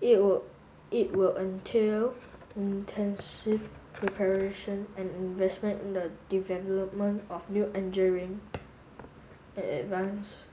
it would it will entail intensive preparation and investment in the development of new and advance